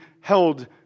held